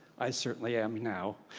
i certainly am now.